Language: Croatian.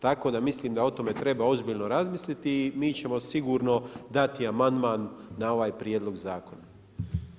Tako da mislim da o tome treba ozbiljno razmisliti i mi ćemo sigurno dati amandman na ovaj prijedlog zakona.